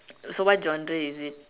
so what genre is it